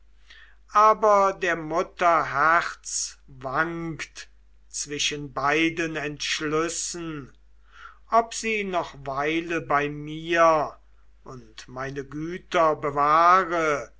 aber der mutter herz wankt zwischen beiden entschlüssen ob sie noch weile bei mir und meine güter bewahre